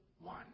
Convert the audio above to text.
one